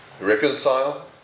Reconcile